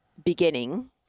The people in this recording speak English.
Beginning